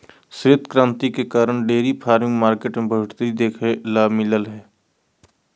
श्वेत क्रांति के कारण डेयरी फार्मिंग मार्केट में बढ़ोतरी देखे ल मिललय हय